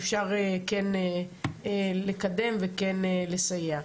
אפשר כן לקדם וכן לסייע.